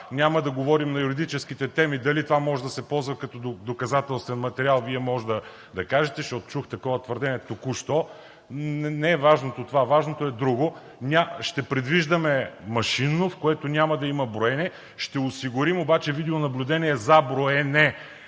Няма да говорим на юридическите теми – дали това може да се ползва като доказателствен материал. Вие може да кажете, защото чух такова твърдение току-що. Не е важно това, важното е друго – ще предвиждаме машинно, в което няма да има броене; ще осигурим обаче видеонаблюдение за броене